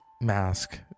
mask